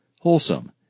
wholesome